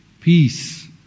peace